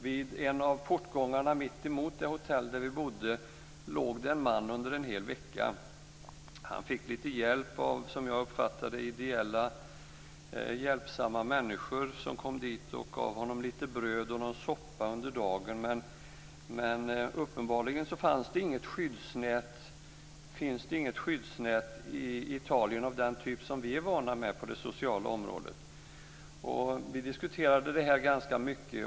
Vid en av portgångarna mittemot det hotell där vi bodde låg det en man under en hel vecka. Han fick lite hjälp av som jag uppfattade hjälpsamma människor som jobbade ideellt och som kom dit och gav honom lite bröd och någon soppa under dagen. Men uppenbarligen finns det inget skyddsnät i Italien av den typ som vi är vana vid på det sociala området. Vi diskuterade detta ganska mycket.